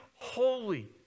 holy